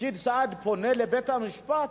פקיד הסעד פונה לבית-המשפט